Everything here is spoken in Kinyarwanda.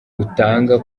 utanga